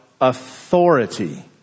authority